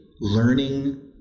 learning